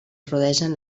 rodegen